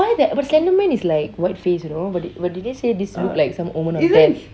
but why the slender man is like white face you know but din~ dinesh say this look like some omen of death